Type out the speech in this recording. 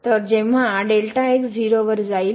तर जेव्हा 0 वर जाईल